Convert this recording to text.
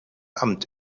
amt